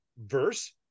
verse